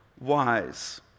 wise